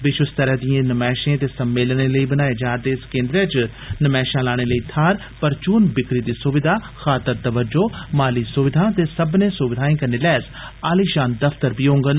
विष्व स्तरै दे नमैष ते सम्मेलने लेई बनाए जा रदे इस केंद्रै च नमैषां लाने लेई थार परचून बिक्री दी सुविधा खातर तवज्जो माली सुबिधां ते सव्मने सुबिधाएं कन्ने लैस आली षान दफतर बी होंडन